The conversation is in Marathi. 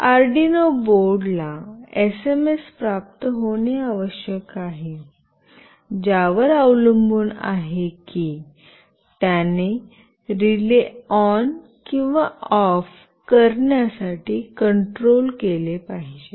अर्डिनो बोर्डला एसएमएस प्राप्त होणे आवश्यक आहे ज्यावर अवलंबून आहे की त्याने रिले ऑन किंवा ऑफ करण्यासाठी कंट्रोल केले पाहिजे